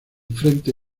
frente